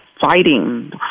fighting